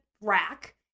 rack